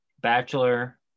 bachelor